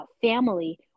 family